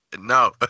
No